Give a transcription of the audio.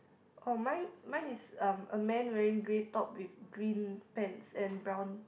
oh mine mine is um a man wearing grey top with green pants and brown